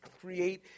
Create